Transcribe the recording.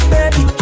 Baby